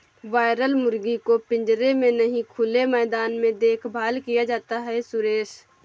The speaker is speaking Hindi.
बॉयलर मुर्गी को पिंजरे में नहीं खुले मैदान में देखभाल किया जाता है सुरेश